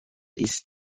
east